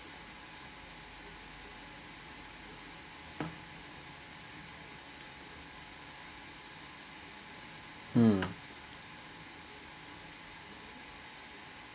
mm